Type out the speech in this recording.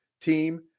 team